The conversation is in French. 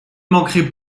manquerait